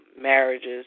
marriages